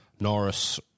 Norris